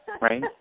right